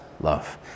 love